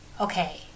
okay